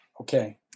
Okay